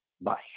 Bye